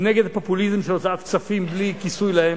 נגד הפופוליזם של הוצאת כספים בלי כיסוי להם,